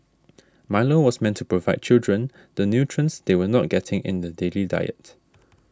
Milo was meant to provide children the nutrients they were not getting in the daily diet